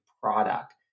product